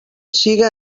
siga